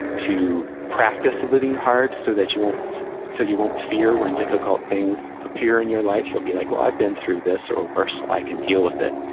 to practice living hard so that you won't so you won't fear when difficult things appear in your life, so you'll be like, well, i've been through this or worse, so i can deal with it.